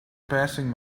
passing